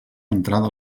entrada